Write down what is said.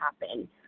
happen